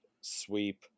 sweep